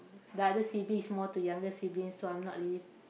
the other sibling more to younger sibling so I'm not really